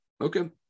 okay